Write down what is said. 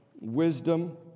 wisdom